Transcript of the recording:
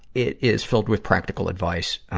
it is filled with practical advice, ah,